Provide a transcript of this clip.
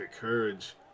courage